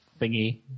thingy